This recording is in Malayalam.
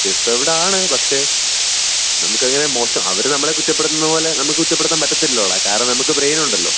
ഡിസേവ്ഡാണ് പക്ഷേ നമുക്കങ്ങനെ മോശം അവര് നമ്മളെ കുറ്റപ്പെടുത്തുന്നതു പോലെ നമുക്ക് കുറ്റപ്പെടുത്താന് പറ്റില്ലല്ലോടാ കാരണം നമുക്ക് ബ്രെയിനുണ്ടല്ലോ